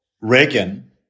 Reagan